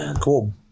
cool